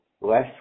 less